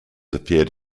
appeared